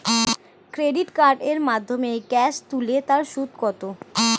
Credit কার্ডের মাধ্যমে cash তুলে তার সুদ কত?